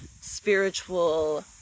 spiritual